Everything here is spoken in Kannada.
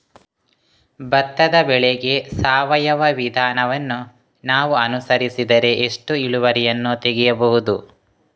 ಭತ್ತದ ಬೆಳೆಗೆ ಸಾವಯವ ವಿಧಾನವನ್ನು ನಾವು ಅನುಸರಿಸಿದರೆ ಎಷ್ಟು ಇಳುವರಿಯನ್ನು ತೆಗೆಯಬಹುದು?